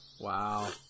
Wow